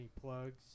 plugs